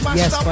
yes